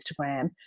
Instagram